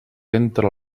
entra